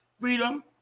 Freedom